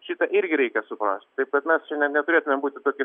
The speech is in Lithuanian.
šitą irgi reikia suprast taip kad mes čia net neturėtumėm būti tokie